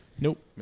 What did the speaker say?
Nope